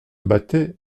battait